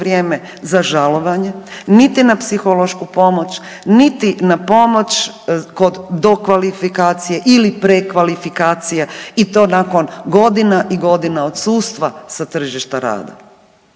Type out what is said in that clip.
vrijeme za žalovanje niti na psihološku pomoć niti na pomoć kod dokvalifikacije ili prekvalifikacije i to nakon godina i godina odsustva sa tržišta rada.